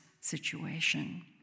situation